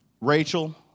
Rachel